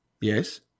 Yes